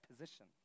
position